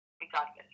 Regardless